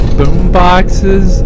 boomboxes